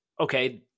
okay